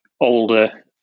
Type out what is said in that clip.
older